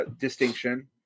distinction